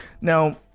Now